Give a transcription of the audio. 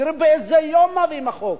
תראו באיזה יום מביאים את החוק,